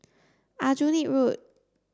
Aljunied Road